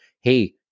hey